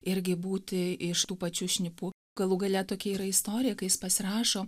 irgi būti iš tų pačių šnipų galų gale tokia yra istorija kai jis pasirašo